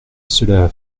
cela